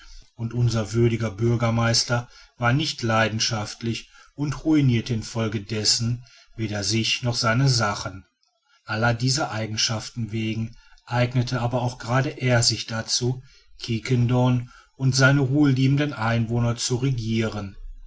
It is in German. und unser würdiger bürgermeister war nicht leidenschaftlich und ruinirte in folge dessen weder sich noch seine sachen aller dieser eigenschaften wegen eignete aber auch gerade er sich dazu quiquendone und seine ruheliebenden einwohner zu regieren